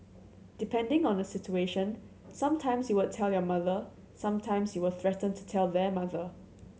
depending on the situation some times you would tell your mother some times you will threaten to tell their mother